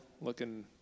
looking